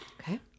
Okay